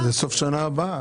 אז למה לא